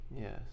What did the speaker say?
Yes